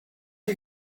you